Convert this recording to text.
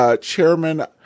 chairman